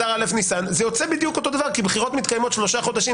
זה יוצא בדיוק אותו דבר כי בחירות מתקיימות שלושה חודשים,